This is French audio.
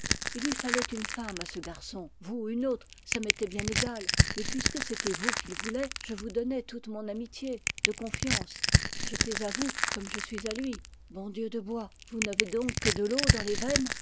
il lui fallait une femme à ce garçon vous ou une autre ça m'était bien égal mais puisque c'était vous qu'il voulait je vous donnais toute mon amitié de confiance j'étais à vous comme je suis à lui bon dieu de bois vous n'avez donc que de l'eau dans les veines